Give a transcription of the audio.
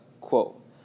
quote